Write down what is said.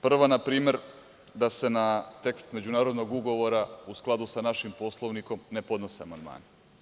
Prva, na primer, da se na tekst međunarodnog ugovora, u skladu sa našim Poslovnikom, ne podnose amandmani.